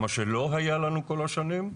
מה שלא היה לנו כל השנים.